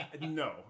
No